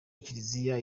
kiliziya